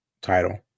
title